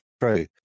true